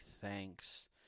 thanks